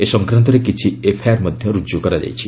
ଏ ସଂକ୍ରାନ୍ତରେ କିଛି ଏଫ୍ଆଇଆର୍ ମଧ୍ୟ ରୁଜୁ କରାଯାଇଛି